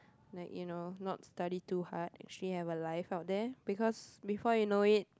like you know not study too hard actually have a life out there because before you know it